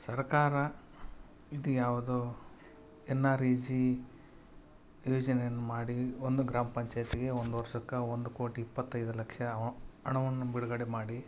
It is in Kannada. ಸರಕಾರ ಇದು ಯಾವುದೋ ಎನ್ ಆರ್ ಈ ಜಿ ಯೋಜನೆಯನ್ನು ಮಾಡಿ ಒಂದು ಗ್ರಾಮ ಪಂಚಾಯ್ತಿಗೆ ಒಂದು ವರ್ಷಕ್ಕೆ ಒಂದು ಕೋಟಿ ಇಪ್ಪತೈದು ಲಕ್ಷ ಹಣವನ್ನು ಬಿಡುಗಡೆ ಮಾಡಿ